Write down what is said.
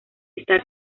está